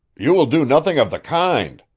you will do nothing of the kind,